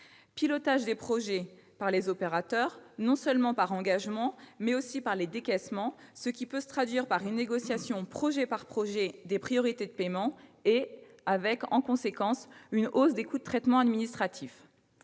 pilotage des projets par les opérateurs, non seulement par engagements, mais aussi par les décaissements, ce qui peut se traduire par une négociation projet par projet des priorités de paiements, avec, en conséquence, une hausse des coûts de traitement administratifs.